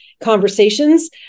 conversations